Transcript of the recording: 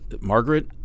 Margaret